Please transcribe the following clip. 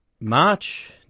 March